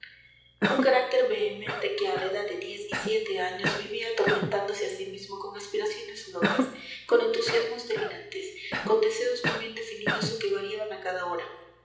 un carácter vehemente que a la edad de diez y siete años vivía atormentándose a sí mismo con aspiraciones locas con entusiasmos delirantes con deseos no bien definidos o que variaban a cada hora